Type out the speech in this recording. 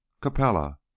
capella